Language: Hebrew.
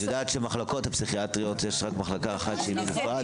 את יודעת שבמחלקות הפסיכיאטריות יש רק מחלקה אחת שהיא בנפרד,